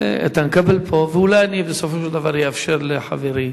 איתן כבל פה, ואולי אני בסופו של דבר אאפשר לחברי